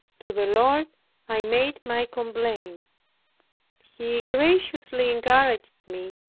to the lord i made my complaint he graciously encouraged me,